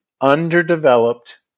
underdeveloped